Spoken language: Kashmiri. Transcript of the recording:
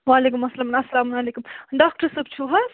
وعلیکُم اسلام اسلام علیکُم ڈاکٹر صٲب چھُو حظ